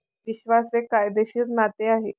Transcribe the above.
विश्वास हे कायदेशीर नाते आहे